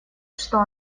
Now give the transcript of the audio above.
что